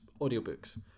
audiobooks